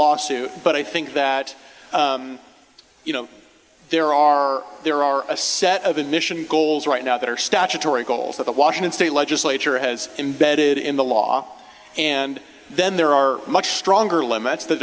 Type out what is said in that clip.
lawsuit but i think that you know there are there are a set of admission goals right now that are statutory goals that the washington state legislature has embedded in the law and then there are much stronger limits the